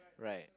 right